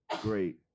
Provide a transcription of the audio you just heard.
great